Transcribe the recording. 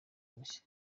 mushya